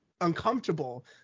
uncomfortable